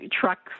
trucks